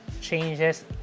changes